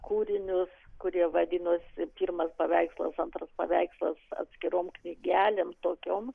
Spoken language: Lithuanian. kūrinius kurie vadinosi pirmas paveikslas antras paveikslas atskirom knygelėm tokiom